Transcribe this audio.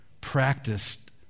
practiced